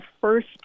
first